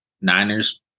Niners